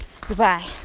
Goodbye